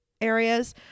areas